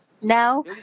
Now